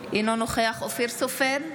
אינו נוכח אופיר סופר,